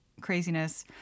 craziness